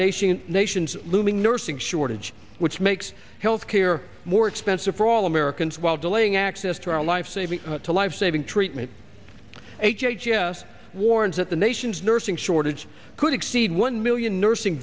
nation nation's looming nursing shortage which makes health care more expensive for all americans while delaying access to a life saving to life saving treatment h h s warns that the nation's nursing shortage could exceed one million nursing